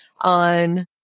on